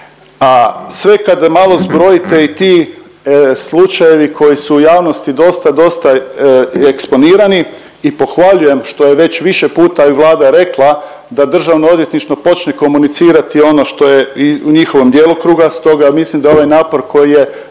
a sve kad malo zbrojite i ti slučajevi koji su javnosti dosta, dosta eksponirani i pohvaljujem što je već više puta i Vlada rekla da Državno odvjetništvo počne komunicirati ono što je u njihovom djelokruga. Stoga mislim da ovaj napor koji je